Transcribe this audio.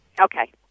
Okay